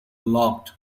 locked